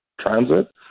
transit